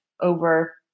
over